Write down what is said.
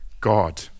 God